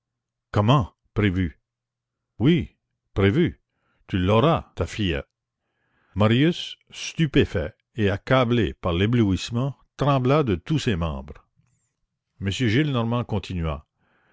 comment prévu oui prévu tu l'auras ta fillette marius stupéfait et accablé par l'éblouissement trembla de tous ses membres m gillenormand continua